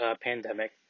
pandemic